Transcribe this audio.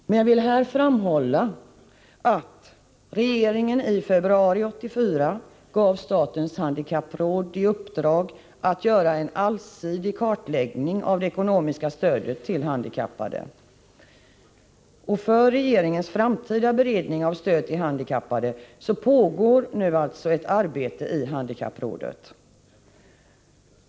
Men jag vill här framhålla att regeringen i februari 1984 gav statens handikappråd i uppdrag att göra en allsidig kartläggning av det ekonomiska stödet till handikappade. För regeringens framtida beredning av frågan pågår alltså nu ett arbete i handikapprådet.